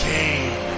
Cain